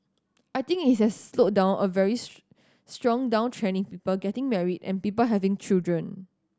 I didn't think it has slowed down a very strong downtrend in people getting married and people having children